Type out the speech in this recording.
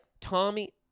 Tommy